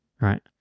Right